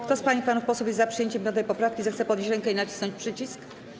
Kto z pań i panów posłów jest za przyjęciem 5. poprawki, zechce podnieść rękę i nacisnąć przycisk.